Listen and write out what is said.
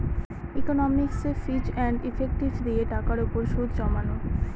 ইকনমিকসে ফিচ and effective দিয়ে টাকার উপর সুদ জমানো